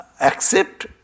accept